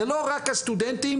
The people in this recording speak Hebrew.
לאוניברסיטת הגליל,